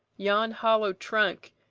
yon hollow trunk,